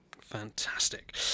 Fantastic